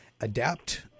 Adapt